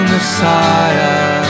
Messiah